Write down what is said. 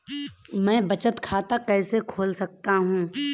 मैं बचत खाता कैसे खोल सकता हूँ?